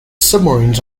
submarines